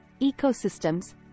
ecosystems